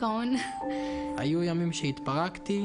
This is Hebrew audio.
מי כמוך נלחמת עבור המורים.